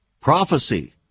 prophecy